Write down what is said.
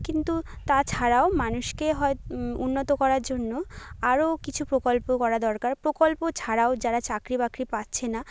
কিন্তু তাছাড়াও মানুষকে উন্নত করার জন্য আরও কিছু প্রকল্প করা দরকার প্রকল্প ছাড়াও যারা চাকরি বাকরি পাচ্ছে না